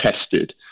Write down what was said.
tested